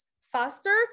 faster